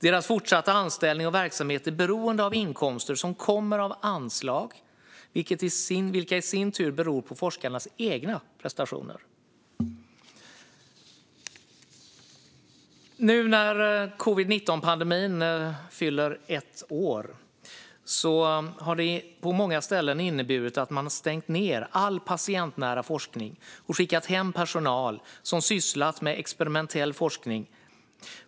Deras fortsatta anställning och verksamhet är beroende av inkomster som kommer av anslag, vilka i sin tur beror på forskarnas egna prestationer. Nu fyller covid-19-pandemin ett år. Pandemin har på många ställen inneburit att man har stängt ned all patientnära forskning och skickat hem personal som sysslat med experimentell forskning.